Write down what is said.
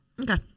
Okay